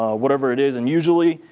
whatever it is. and usually,